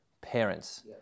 parents